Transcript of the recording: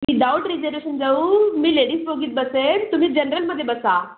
without reservation जाऊ मी ladies बोगीत बसेल तुम्ही जनरलमध्ये बसा